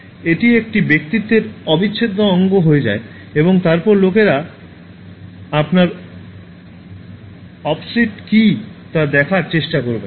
এটি একটি ব্যক্তিত্বের অবিচ্ছেদ্য অঙ্গ হয়ে যায় এবং তারপরে লোকেরা আপনার অবসিট কী তা দেখার চেষ্টা করবে